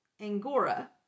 angora